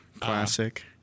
Classic